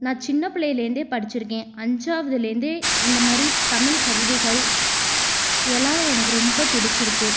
நான் சின்ன பிள்ளையில் இருந்தே படிச்சுருக்கேன் அஞ்சாவுதில் இருந்தே இந்த மாதிரி தமிழ் கவிதைகள் இதெலாம் எனக்கு ரொம்ப பிடிச்சுருக்கு